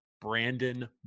Brandon